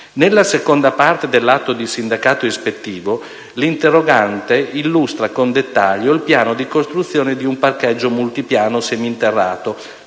Nella seconda parte dell'atto di sindacato ispettivo l'interrogante illustra con dettaglio il piano di costruzione di un parcheggio multipiano seminterrato